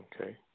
Okay